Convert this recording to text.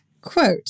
Quote